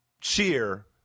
cheer